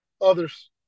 others